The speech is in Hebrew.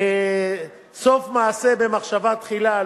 סוף מעשה במחשבה תחילה.